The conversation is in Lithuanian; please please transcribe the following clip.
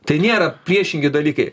tai nėra priešingi dalykai